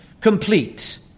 complete